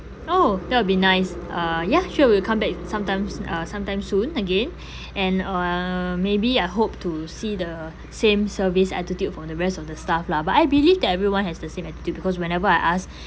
oh that will be nice uh ya sure we'll come back sometimes uh sometime soon again and uh maybe I hope to see the same service attitude for the rest of the staff lah but I believe that everyone has the same attitude because whenever I ask